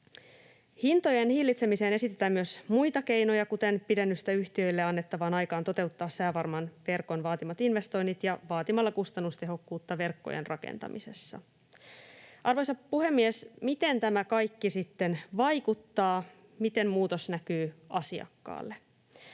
Hintojen hillitsemiseen esitetään myös muita keinoja, kuten pidennystä yhtiöille annettavaan aikaan toteuttaa säävarman verkon vaatimat investoinnit ja kustannustehokkuuden vaatimista verkkojen rakentamisessa. Arvoisa puhemies! Miten tämä kaikki sitten vaikuttaa, miten muutos näkyy asiakkaalle?